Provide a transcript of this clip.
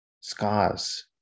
Scars